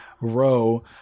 row